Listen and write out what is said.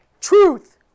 Truth